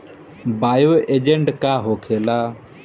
Bio agent का होखेला?